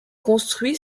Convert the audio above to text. construit